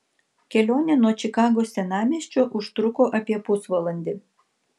kelionė nuo čikagos senamiesčio užtruko apie pusvalandį